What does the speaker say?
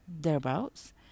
thereabouts